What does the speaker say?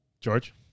George